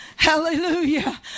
Hallelujah